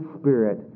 Spirit